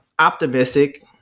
Optimistic